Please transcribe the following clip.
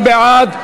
מי בעד?